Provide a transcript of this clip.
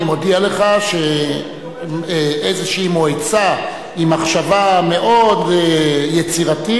אני מודיע לך שאיזו מועצה עם מחשבה מאוד יצירתית